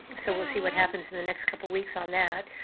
so we'll see what happens in the next couple of weeks on that.